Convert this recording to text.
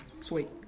Sweet